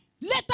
later